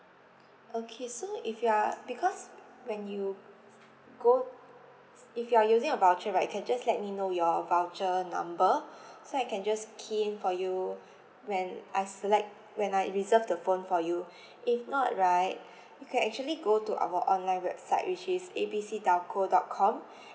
okay so if you are because when you go if you are using a voucher right can just let me know your voucher number so I can just key in for you when as like when like reserve the phone for you if not right you can actually go to our online website which is A B C telco dot com